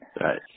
Right